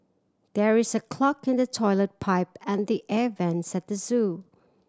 there is a clog in the toilet pipe and the air vents at the zoo